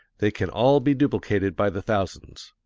they can all be duplicated by the thousands.